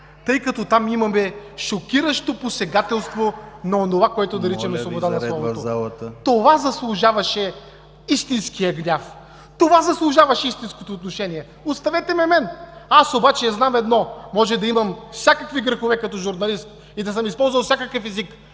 тъй като там имаме шокиращо посегателство на онова, което наричаме „свобода на словото”. Това заслужаваше истинския гняв, това заслужаваше истинското отношение. Оставете ме мен! Аз обаче знам едно – може да имам всякакви грехове като журналист и да съм използвал всякакъв език,